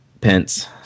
pence